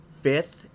fifth